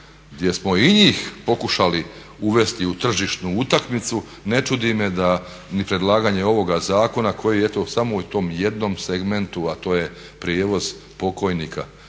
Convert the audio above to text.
gdje smo i njih pokušali uvesti u tržišnu utakmicu ne čudi me da ni predlaganje ovoga zakona koji eto samo u tom jednom segmentu a to je prijevoz pokojnika,